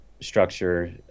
structure